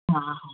हा